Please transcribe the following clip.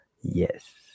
Yes